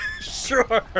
Sure